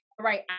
right